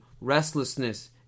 restlessness